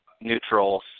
neutrals